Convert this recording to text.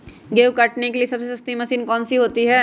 गेंहू काटने के लिए सबसे सस्ती मशीन कौन सी होती है?